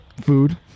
food